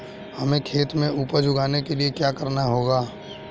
हमें खेत में उपज उगाने के लिये क्या करना होगा?